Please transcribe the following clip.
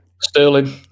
Sterling